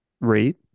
Rate